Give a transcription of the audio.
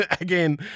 again